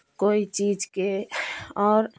कोई चीज़ के और